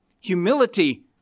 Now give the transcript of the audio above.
Humility